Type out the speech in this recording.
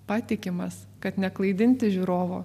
patikimas kad neklaidinti žiūrovo